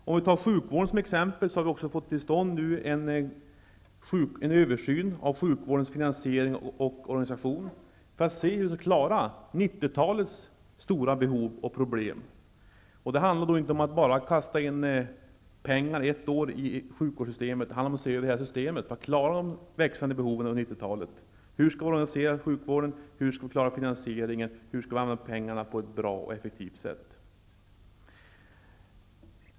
Om vi tar sjukvården som exempel kan vi konstatera att vi fått till stånd en översyn av sjukvårdens finansiering och organisation för att se hur Sverige skall klara 90-talets stora behov och problem. Det handlar då inte om att kasta in pengar under ett år i sjukvårdssystemet -- det handlar om att se över hela systemet för att undersöka hur vi under 90-talet skall klara de växande behoven. Hur skall vi organisera sjukvården, hur skall vi klara finansieringen, hur skall vi använda pengarna på ett bra och effektivt sätt?